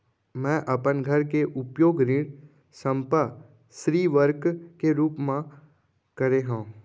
मै अपन घर के उपयोग ऋण संपार्श्विक के रूप मा करे हव